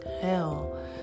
Hell